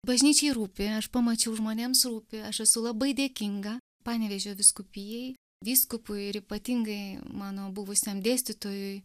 bažnyčiai rūpi aš pamačiau žmonėms rūpi aš esu labai dėkinga panevėžio vyskupijai vyskupu ir ypatingai mano buvusiam dėstytojui